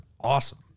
awesome